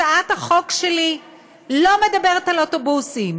הצעת החוק שלי לא מדברת על אוטובוסים.